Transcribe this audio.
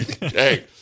Hey